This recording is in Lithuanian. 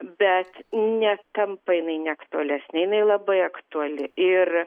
bet netampa jinai neaktualesnė jinai labai aktuali ir